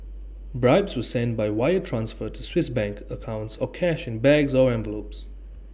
bribes were sent by wire transfer to Swiss bank accounts or cash in bags or envelopes